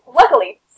Luckily